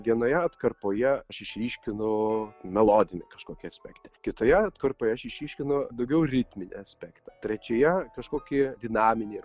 vienoje atkarpoje aš išryškinu melodinį kažkokį aspektą kitoje atkarpoje aš išryškinu daugiau ritminį aspektą trečioje kažkokį dinaminį